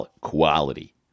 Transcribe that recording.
Quality